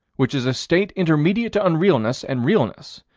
which is a state intermediate to unrealness and realness,